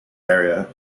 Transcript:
era